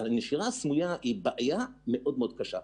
הנשירה הסמויה היא מאוד קשה.